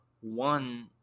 one